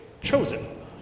chosen